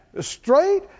straight